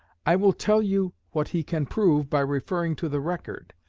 i will tell you what he can prove by referring to the record.